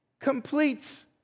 completes